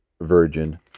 Virgin